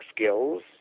skills